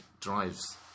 drives